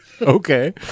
Okay